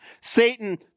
Satan